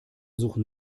suchen